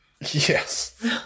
Yes